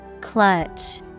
Clutch